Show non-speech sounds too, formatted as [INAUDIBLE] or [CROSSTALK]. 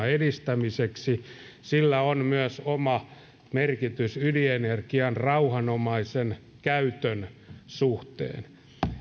[UNINTELLIGIBLE] edistämiseksi sillä on myös oma merkityksensä ydinenergian rauhanomaisen käytön suhteen